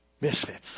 misfits